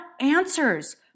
answers